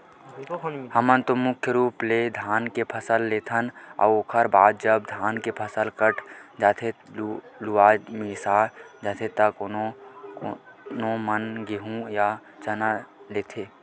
हमन तो मुख्य रुप ले धान के फसल लेथन अउ ओखर बाद जब धान के फसल कट जाथे लुवा मिसा जाथे त कोनो कोनो मन गेंहू या चना लेथे